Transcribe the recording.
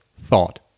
thought